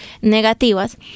negativas